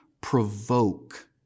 provoke